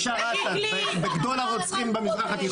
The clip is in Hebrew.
בגדול הרוצחים במזרח התיכון.